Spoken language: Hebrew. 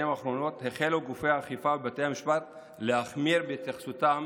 האחרונות החלו גופי האכיפה ובתי המשפט להחמיר בהתייחסותם